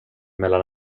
mellan